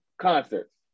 concerts